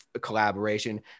collaboration